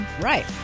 Right